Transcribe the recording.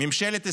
ממשלת ישראל,